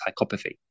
psychopathy